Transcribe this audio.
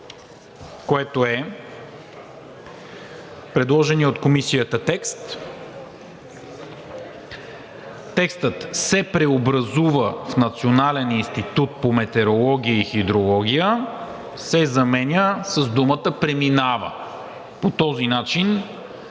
което е в предложения от Комисията текст – думите „се преобразува в Национален институт по метеорология и хидрология“ се заменят с думата „преминава“. По този начин